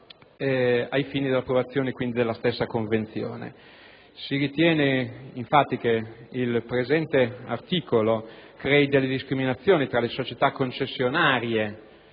ai fini dell'approvazione della stessa. Si ritiene infatti che il presente articolo crei delle discriminazioni tra le società concessionarie